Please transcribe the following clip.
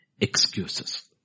Excuses